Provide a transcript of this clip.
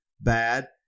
bad